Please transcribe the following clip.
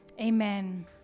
Amen